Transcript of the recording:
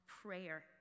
prayer